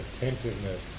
attentiveness